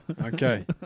okay